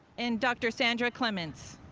and dr. sandra clements.